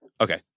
Okay